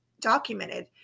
documented